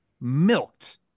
milked